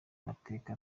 mateka